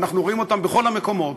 ואנחנו רואים אותם בכל המקומות,